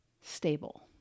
stable